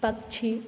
पक्षी